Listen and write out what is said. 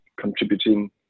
contributing